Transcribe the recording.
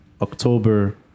October